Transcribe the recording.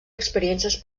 experiències